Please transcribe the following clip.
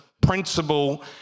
principle